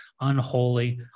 unholy